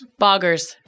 boggers